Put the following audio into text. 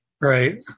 Right